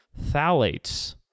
phthalates